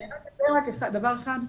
עוד דבר אחד,